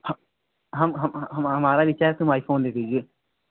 हाँ हमारा विचार है तुम आई फ़ोन ले लीजिए